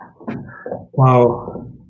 Wow